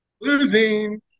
Losing